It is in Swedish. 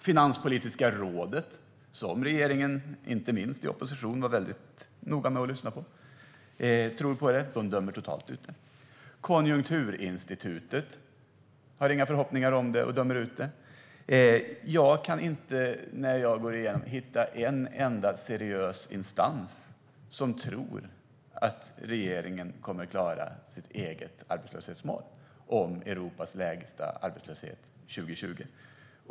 Finanspolitiska rådet, som regeringen lyssnade väldigt noga på, inte minst i opposition, dömer totalt ut målet. Konjunkturinstitutet har inga förhoppningar om målet. Vid en genomgång kan jag inte hitta en enda seriös instans som tror att regeringen kommer att klara sitt eget arbetslöshetsmål om Europas lägsta arbetslöshet 2020.